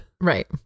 Right